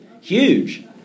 Huge